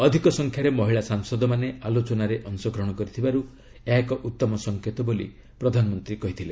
ଅଧିକ ସଂଖ୍ୟାରେ ମହିଳା ସାଂସଦମାନେ ଆଲୋଚନାରେ ଅଶଗ୍ରହଣ କରିଥିବାରୁ ଏହା ଏକ ଉତ୍ତମ ସଂକେତ ବୋଲି ପ୍ରଧାନମନ୍ତ୍ରୀ କହିଥିଲେ